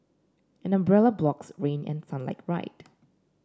an umbrella blocks rain and sunlight right